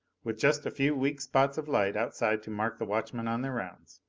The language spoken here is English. with just a few weak spots of light outside to mark the watchmen on their rounds.